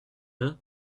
her